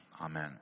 Amen